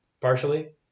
partially